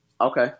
Okay